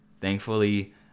Thankfully